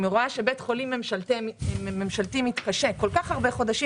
אם רואה שבית חולים ממשלתי מתקשה כל כך הרבה חודשים